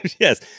Yes